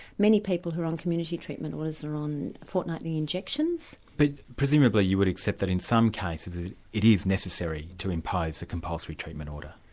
many people who are on community treatment orders are on fortnightly injections. but presumably you would accept that in some cases it it is necessary to impose a compulsory treatment order?